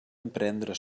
emprendre